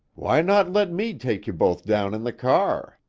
why not let me take you both down in the car?